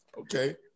Okay